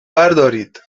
بردارید